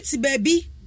baby